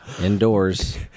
indoors